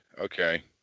Okay